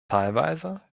teilweise